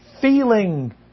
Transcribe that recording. feeling